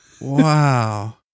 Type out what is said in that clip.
wow